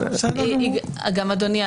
אדוני,